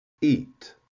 eat